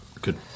good